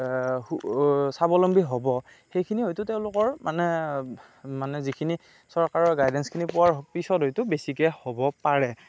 স্বাৱলম্বী হ'ব সেইখিনি হয়তু তেওঁলোকৰ মানে মানে যিখিনি চৰকাৰৰ গাইডেঞ্চখিনি পোৱাৰ পিছত হয়তু বেছিকৈ হ'ব পাৰে